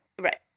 Right